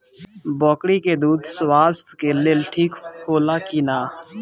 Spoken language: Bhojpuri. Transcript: बकरी के दूध स्वास्थ्य के लेल ठीक होला कि ना?